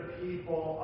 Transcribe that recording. people